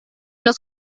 los